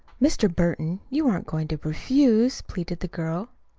mr. burton, you aren't going to refuse, pleaded the girl.